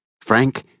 Frank